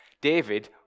David